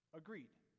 Agreed